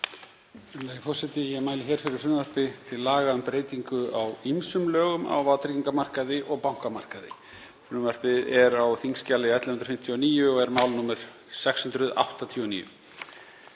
Virðulegi forseti. Ég mæli hér fyrir frumvarpi til laga um breytingu á ýmsum lögum á vátryggingamarkaði og bankamarkaði. Frumvarpið er á þskj. 1159 og er mál nr. 689.